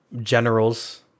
generals